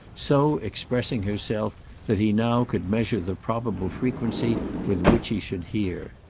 so expressing herself that he now could measure the probable frequency with which he should hear.